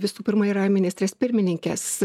visų pirma yra ministrės pirmininkės